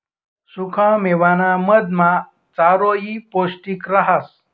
सुखा मेवाना मधमा चारोयी पौष्टिक रहास